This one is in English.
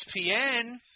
ESPN